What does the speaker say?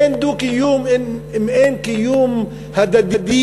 אין דו-קיום אם אין קיום הדדי,